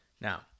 Now